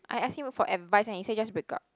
I ask him for advice and he say just break up